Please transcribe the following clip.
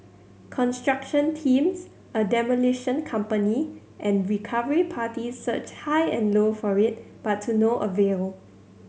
construction teams a demolition company and recovery parties searched high and low for it but to no avail